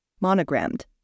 monogrammed